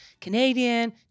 Canadian